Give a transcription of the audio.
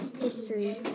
history